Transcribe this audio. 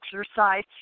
exercise